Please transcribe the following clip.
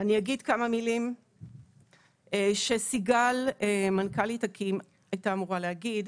אני אגיד כמה מילים שסיגל מנכ"לית אקי"ם הייתה אמורה להגיד.